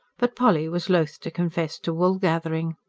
but polly was loath to confess to wool-gathering.